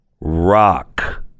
rock